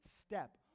step